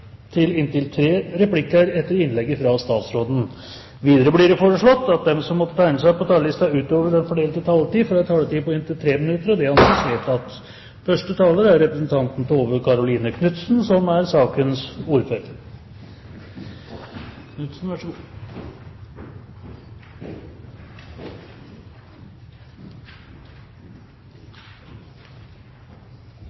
til replikkordskifte på inntil tre replikker med svar etter innlegget fra statsråden innenfor den fordelte taletid. Videre blir det foreslått at de som måtte tegne seg på talerlisten utover den fordelte taletid, får en taletid på inntil 3 minutter. – Det anses vedtatt. Saken vi behandler i dag, er to saker med felles innstilling. Det er